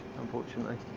unfortunately